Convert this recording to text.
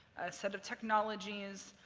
set of technologies,